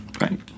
right